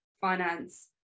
finance